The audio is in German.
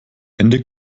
ende